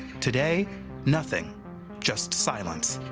today nothing just silence.